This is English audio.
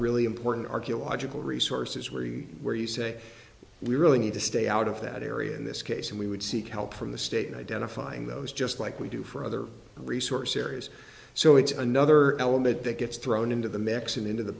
really important archaeological resources where you where you say we really need to stay out of that area in this case and we would seek help from the state identifying those just like we do for other resource areas so it's another element that gets thrown into the mix and